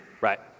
Right